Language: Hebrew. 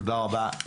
תודה רבה.